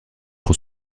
trop